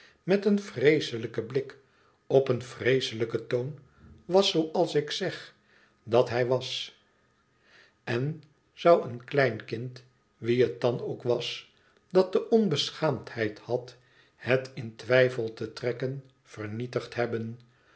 wilfer meteen vreeselijken blik op een vreeselijken toon was zooals ik zeg dat hij was en zou een kleinkind wie het dan ook was dat de onbeschaamdheid had het in twijfel te trekken vernietigd hebben